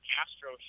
Castro